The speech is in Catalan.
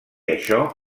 això